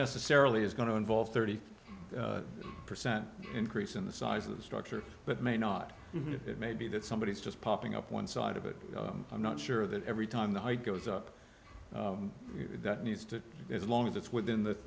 necessarily is going to involve thirty percent increase in the size of the structure but may not it may be that somebody is just popping up one side of it i'm not sure that every time the high goes up that needs to be as long as it's within th